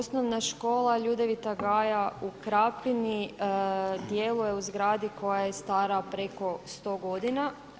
Osnovna škola Ljudevita Gaja u Krapini djeluje u zgradi koja je stara preko 100 godina.